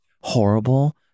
horrible